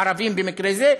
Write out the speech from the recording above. ערבים במקרה זה,